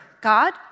God